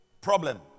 problem